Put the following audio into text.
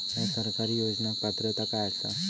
हया सरकारी योजनाक पात्रता काय आसा?